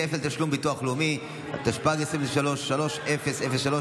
חברי הכנסת, הבנתי שתשובה והצבעה במועד אחר.